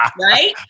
right